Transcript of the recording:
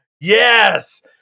Yes